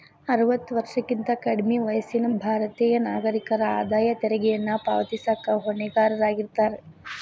ಅರವತ್ತ ವರ್ಷಕ್ಕಿಂತ ಕಡ್ಮಿ ವಯಸ್ಸಿನ ಭಾರತೇಯ ನಾಗರಿಕರ ಆದಾಯ ತೆರಿಗೆಯನ್ನ ಪಾವತಿಸಕ ಹೊಣೆಗಾರರಾಗಿರ್ತಾರ